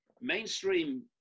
mainstream